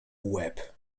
łeb